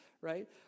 right